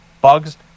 bugs